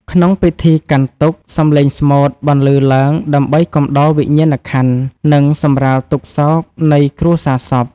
ក្នុងពិធីកាន់ទុក្ខ សំឡេងស្មូតបន្លឺឡើងដើម្បីកំដរវិញ្ញាណក្ខន្ធ និងសម្រាលទុក្ខសោកនៃគ្រួសារសព។